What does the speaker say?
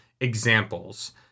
examples